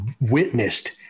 witnessed